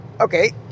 okay